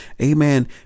amen